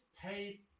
paid